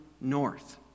north